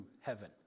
heaven